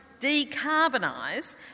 decarbonise